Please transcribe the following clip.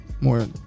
more